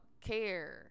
care